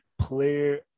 player